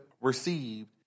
received